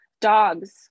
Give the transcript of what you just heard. Dogs